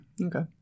Okay